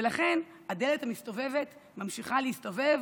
ולכן הדלת המסתובבת ממשיכה להסתובב